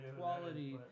quality